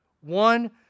one